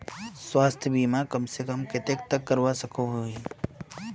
स्वास्थ्य बीमा कम से कम कतेक तक करवा सकोहो ही?